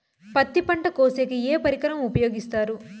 పత్తి పంట కోసేకి ఏ పరికరం ఉపయోగిస్తారు?